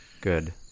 Good